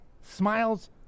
smiles